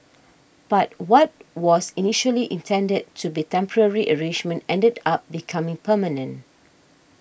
but what was initially intended to be temporary arrangement ended up becoming permanent